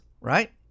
right